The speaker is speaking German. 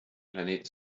planeten